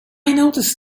noticed